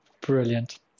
Brilliant